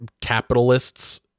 capitalists